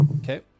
Okay